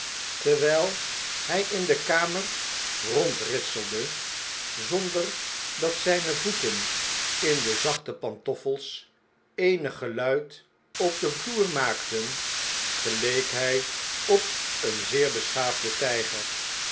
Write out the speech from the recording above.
terwgl hg in de kamer rondritselde zonder dat zgne voeten in de zachte pantoffels eenig geluid op den vloer maakten geleek hg op een zeer beschaafden tgger